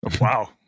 wow